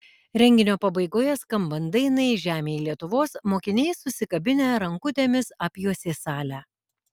renginio pabaigoje skambant dainai žemėj lietuvos mokiniai susikabinę rankutėmis apjuosė salę